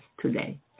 today